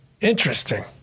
Interesting